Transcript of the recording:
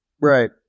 Right